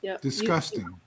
Disgusting